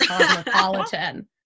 cosmopolitan